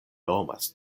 nomas